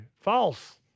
false